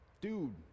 dude